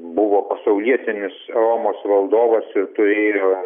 buvo pasaulietinis romos valdovas ir turėjo